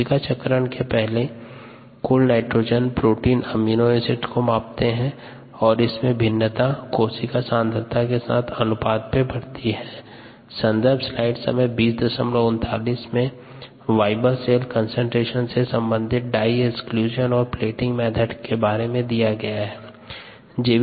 कोशिका चक्रण के पहले कुल नाइट्रोजन प्रोटीन और अमीनो एसिड्स को मापते है और इसमें भिन्नता कोशिका सांद्रता के अनुपात में बढती है